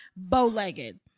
bow-legged